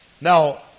Now